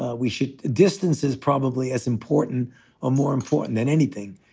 ah we should distance is probably as important or more important than anything.